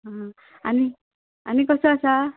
हां आनी आनी कसो आसा